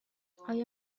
آیا